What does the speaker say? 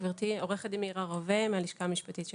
גברתי אני עורכת הדין מירה רווה מהשלכה המשפטית של